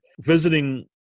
visiting